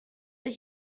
the